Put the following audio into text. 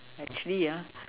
actually ah